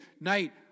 night